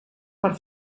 per